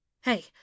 Hey